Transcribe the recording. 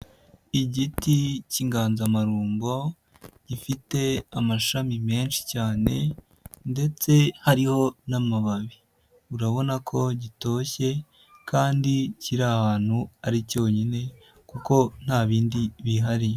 Igiti cy'inganzamarumbo gifite amashami menshi cyane ndetse hariho n'amababi. Urabona ko gitoshye kandi kiri ahantutu ari cyonyine kuko nta bindi bihari.